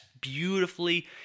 beautifully